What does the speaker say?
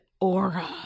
aura